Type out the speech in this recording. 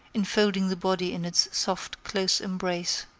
enfolding the body in its soft, close embrace.